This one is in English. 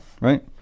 right